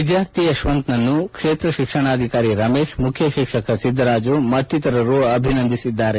ವಿದ್ಯಾರ್ಥಿ ಯಶವಂತ್ನನ್ನು ಕ್ಷೇತ್ರ ಶಿಕ್ಷಣಾಧಿಕಾರಿ ರಮೇಶ್ ಮುಖ್ಯ ಶಿಕ್ಷಕ ಶಿದ್ದರಾಜು ಅಭಿನಂದಿಸಿದ್ದಾರೆ